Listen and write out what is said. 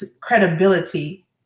credibility